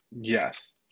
Yes